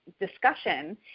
discussion